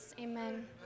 Amen